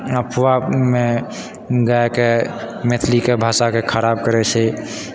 अफवाहमे गायके मैथिलीके भाषाके खराब करै छै